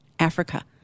Africa